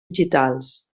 digitals